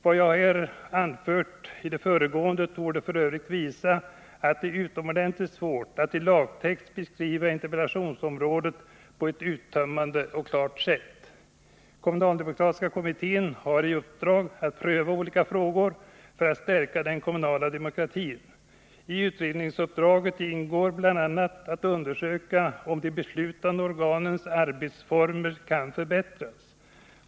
Vad jag har anfört i det föregående torde f.ö. visa att det är utomordentligt svårt att i lagtext beskriva interpellationsområdet på ett uttömmande och klart sätt. Kommunaldemokratiska kommittén har i uppdrag att pröva olika frågor för att stärka den kommunala demokratin. I utredningsuppdraget ingår bl.a. att undersöka om de beslutande organens arbetsformer kan förbättras.